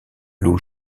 loup